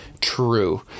true